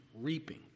reaping